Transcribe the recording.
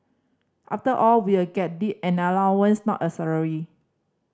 after all we'll get they an allowance not a salary